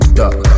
duck